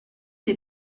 des